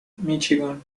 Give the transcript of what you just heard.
míchigan